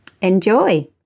enjoy